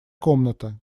комната